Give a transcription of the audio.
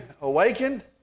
awakened